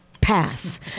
Pass